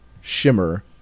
shimmer